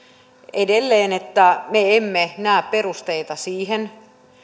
edelleen että me emme näe perusteita siihen